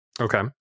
Okay